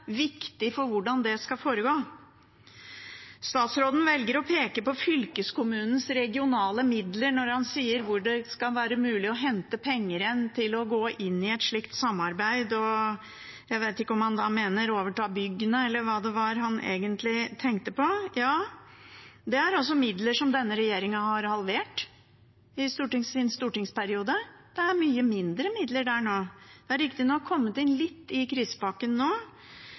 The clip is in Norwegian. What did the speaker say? viktig for hvordan dette skal foregå. Statsråden velger å peke på fylkeskommunens regionale midler når han sier hvor det skal være mulig å hente penger til å gå inn i et slikt samarbeid – jeg vet ikke om han mente å overta byggene eller hva han egentlig tenkte på. Det er altså midler som denne regjeringen har halvert i sin stortingsperiode, det er mye mindre midler der nå. Det har riktig nok kommet inn litt i